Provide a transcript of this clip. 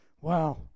Wow